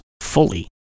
fully